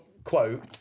quote